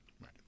right